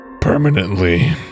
Permanently